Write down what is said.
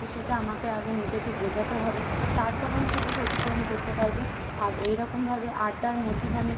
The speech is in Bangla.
তো সেটা আমাকে আগে নিজেকে বোঝাতে হবে তারপরে আমি সেটাকে অতিক্রম করতে পারবো আর এইরকমভাবে আড্ডার মধ্যিখানে